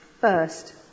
First